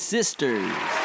Sisters